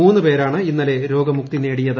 മൂന്ന് പേരാണ് ഇന്നലെ രോഗമുക്തി നേടിയത്